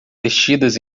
vestidas